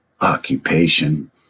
occupation